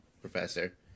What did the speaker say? Professor